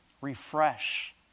refresh